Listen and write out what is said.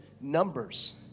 numbers